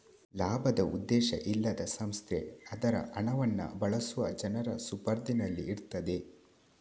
ಲಾಭದ ಉದ್ದೇಶ ಇಲ್ಲದ ಸಂಸ್ಥೆ ಅದ್ರ ಹಣವನ್ನ ಬಳಸುವ ಜನರ ಸುಪರ್ದಿನಲ್ಲಿ ಇರ್ತದೆ